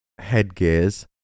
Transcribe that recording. headgears